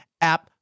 app